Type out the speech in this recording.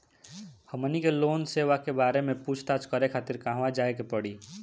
हमनी के लोन सेबा के बारे में पूछताछ करे खातिर कहवा जाए के पड़ी?